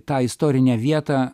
tą istorinę vietą